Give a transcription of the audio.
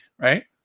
right